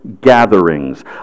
gatherings